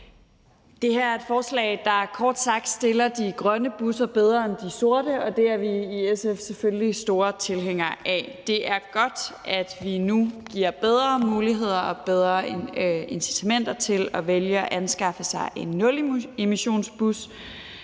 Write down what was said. Det her er et forslag, der kort sagt stiller de grønne busser bedre end de sorte, og det er vi i SF selvfølgelig store tilhængere af. Det er godt, at vi nu giver bedre muligheder og bedre incitamenter til at vælge at anskaffe sig en nulemissionsbus